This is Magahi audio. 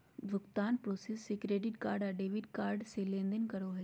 भुगतान प्रोसेसर जे क्रेडिट कार्ड या डेबिट कार्ड से लेनदेन करो हइ